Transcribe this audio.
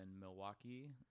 Milwaukee